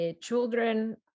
children